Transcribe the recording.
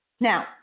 Now